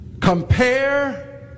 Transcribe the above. compare